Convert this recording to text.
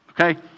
okay